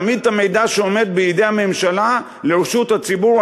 להעמיד את המידע שעומד בידי הממשלה לרשות הציבור,